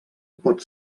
pot